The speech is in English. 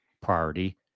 priority